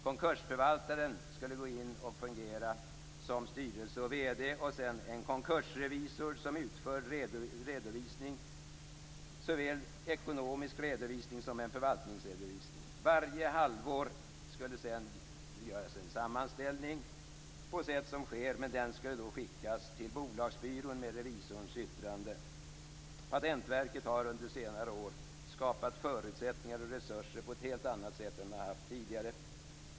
Konkursförvaltaren skulle gå in och fungera som styrelse och vd, och en konkursrevisor skulle utföra redovisning, såväl ekonomisk redovisning som förvaltningsredovisning. Varje halvår skulle det sedan göras en sammanställning på ett sätt som sker, men den skulle skickas till bolagsbyrån med revisorns yttrande. Patentverket har under senare år skapat förutsättningar och resurser på ett helt annat sätt än vad som funnits tidigare.